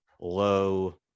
low